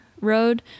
road